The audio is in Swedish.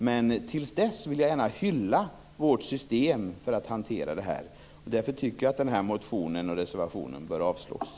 Men tills dess vill jag gärna hylla vårt system för att hantera det här. Därför tycker jag att reservationen och motionen bör avslås.